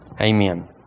Amen